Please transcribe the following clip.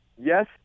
yes